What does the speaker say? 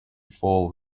fall